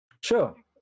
Sure